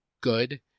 good